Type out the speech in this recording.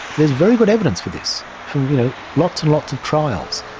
there's very good evidence for this from you know lots and lots of trials.